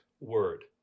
word